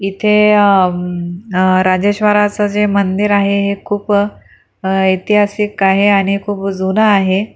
इथे राजेश्वराचं जे मंदिर आहे हे खूप ऐतिहासिक आहे आणि खूप जुनं आहे